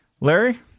larry